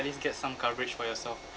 at least get some coverage for yourself